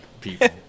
people